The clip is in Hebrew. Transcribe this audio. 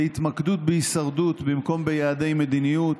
להתמקדות בהישרדות במקום ביעדי מדיניות,